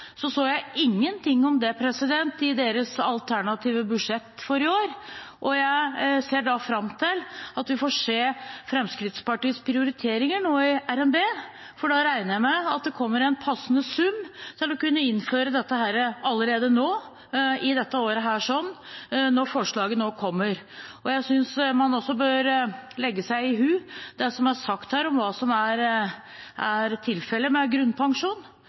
så ingenting om det i deres alternative budsjett for i år, så hvis det er sånn at Fremskrittspartiet faktisk prioriterer dette, ser jeg fram til at vi får se Fremskrittspartiets prioriteringer nå i RNB, for da regner jeg med at det kommer en passende sum til å kunne innføre dette allerede nå i dette året, når forslaget nå kommer. Jeg synes også man bør legge seg på minne det som er sagt her om hva som er tilfellet med grunnpensjon.